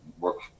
work